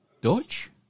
Dutch